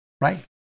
right